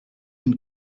une